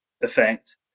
effect